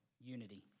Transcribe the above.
unity